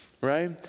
right